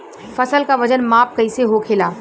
फसल का वजन माप कैसे होखेला?